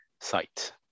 site